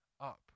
up